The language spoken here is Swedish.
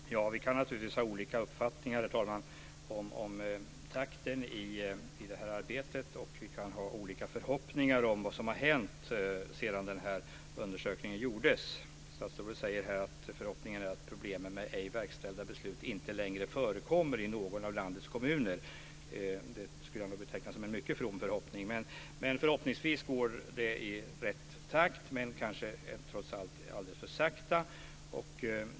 Herr talman! Vi kan naturligtvis ha olika uppfattning om takten i det här arbetet. Vi kan också ha olika förhoppningar om vad som har hänt sedan den här undersökningen gjordes. Statsrådet säger att förhoppningen är att problemen med ej verkställda beslut inte längre förekommer i någon av landets kommuner. Det skulle jag nog beteckna som en mycket from förhoppning. Förhoppningsvis går det dock åt rätt håll men kanske trots allt alldeles för sakta.